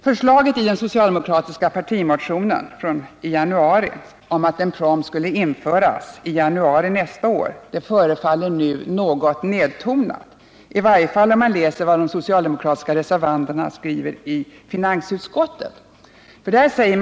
Förslaget i den socialdemokratiska partimotionen från januari om att en proms skulle införas i januari nästa år förefaller nu något nertonat, i varje fall om man läser vad socialdemokraterna har skrivit i reservationen 1 vid finansutskottets betänkande.